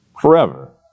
forever